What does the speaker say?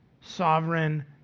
sovereign